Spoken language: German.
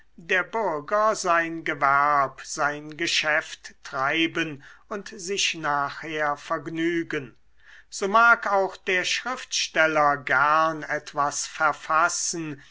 der bürger sein gewerb sein geschäft treiben und sich nachher vergnügen so mag auch der schriftsteller gern etwas verfassen